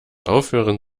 aufhören